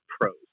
pros